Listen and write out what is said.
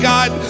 God